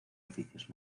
oficios